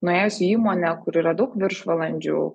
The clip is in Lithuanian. nuėjus į įmonę kur yra daug viršvalandžių